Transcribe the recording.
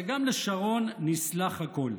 וגם לשרון נסלח הכול".